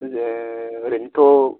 जेखुनजाया ओरैनोथ'